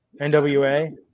NWA